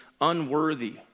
unworthy